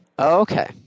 okay